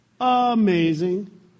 Amazing